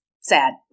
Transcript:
sad